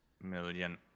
million